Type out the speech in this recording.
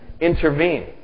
intervene